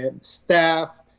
staff